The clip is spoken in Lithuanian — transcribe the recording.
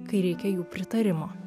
kai reikia jų pritarimo